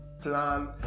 plan